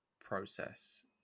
process